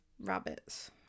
rabbits